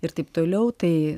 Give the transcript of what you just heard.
ir taip toliau tai